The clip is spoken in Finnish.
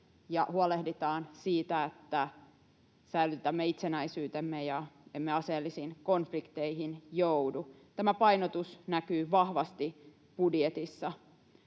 huolehditaan siitä, että säilytämme itsenäisyytemme ja emme aseellisiin konflikteihin joudu. Tämä painotus näkyy vahvasti budjetissa: